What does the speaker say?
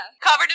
covered